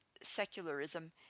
secularism